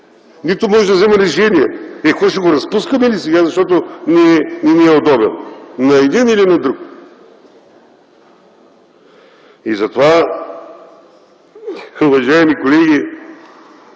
Нито може да взима решение. Е, какво, ще го разпускаме ли сега, защото не ни е удобен – на един или на друг? Затова, уважаеми колеги,